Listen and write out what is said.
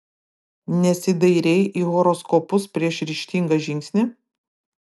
nesidairei į horoskopus prieš ryžtingą žingsnį